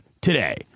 today